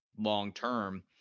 long-term